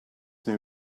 new